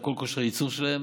את כל כושר הייצור שלהם.